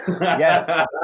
Yes